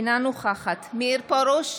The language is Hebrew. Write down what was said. אינה נוכחת מאיר פרוש,